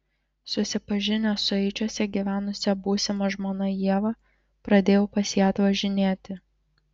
susipažinęs su eičiuose gyvenusia būsima žmona ieva pradėjau pas ją atvažinėti